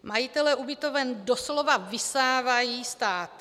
Majitelé ubytoven doslova vysávají stát.